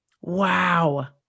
Wow